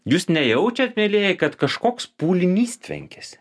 jūs nejaučiat mielieji kad kažkoks pūlinys tvenkiasi